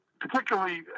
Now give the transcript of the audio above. particularly